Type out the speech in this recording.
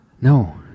No